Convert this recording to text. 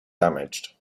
damaged